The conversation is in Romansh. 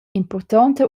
impurtonta